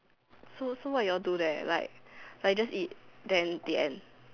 so so what your do there like like just eat then the end